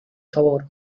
favor